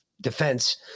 defense